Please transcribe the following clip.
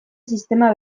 sistema